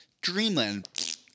dreamland